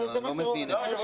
אני לא מבין את זה.